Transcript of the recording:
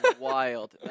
wild